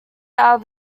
are